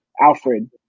Alfred